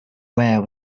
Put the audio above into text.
wear